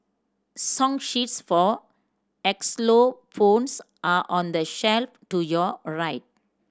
song sheets for xylophones are on the shelf to your right